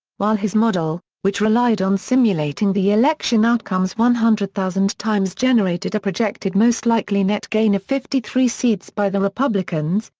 while his model, which relied on simulating the election outcomes one hundred thousand times generated a projected most likely net gain of fifty three seats by the republicans,